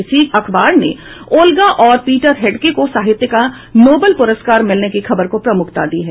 इसी अखबार ने ओल्गा और पीटर हैंडके को साहित्य का नोबेल पुरस्कार मिलने की खबर को प्रमुखता दी है